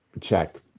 check